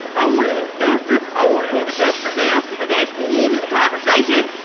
um want it in the dumpster, i want it in the dumpster now and that's the end of the conversation.